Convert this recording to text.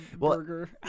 burger